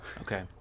Okay